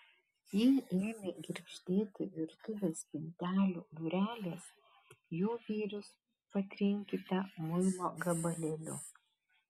jei ėmė girgždėti virtuvės spintelių durelės jų vyrius patrinkite muilo gabalėliu